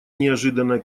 неожиданная